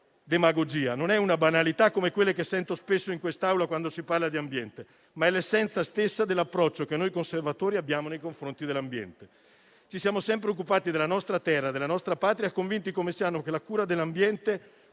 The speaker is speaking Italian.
demagogia, non è una banalità come quelle che sento spesso in quest'Aula quando si parla di ambiente, ma è l'essenza stessa dell'approccio che noi conservatori abbiamo nei confronti dell'ambiente. Ci siamo sempre occupati della nostra terra, della nostra Patria, convinti come siamo che la cura dell'ambiente